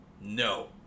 no